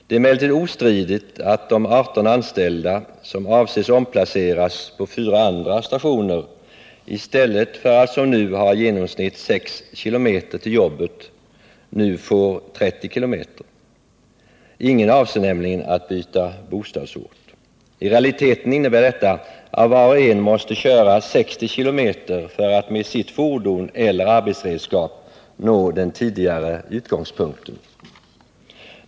Det är emellertid ostridigt att de 18 anställda, som avses omplaceras på fyra andra stationer, i stället för att som nu ha i genomsnitt 6 km till jobbet får 30 km. Ingen avser nämligen att byta bostadsort. I realiteten innebär detta att var och en måste köra 60 km för att med sitt fordon eller arbetsredskap nå den tidigare utgångspunkten.